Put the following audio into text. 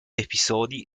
episodi